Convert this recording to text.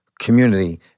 community